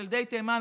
של ילדי תימן,